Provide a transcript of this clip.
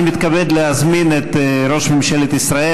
אני מתכבד להזמין את ראש ממשלת ישראל